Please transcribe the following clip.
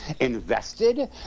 invested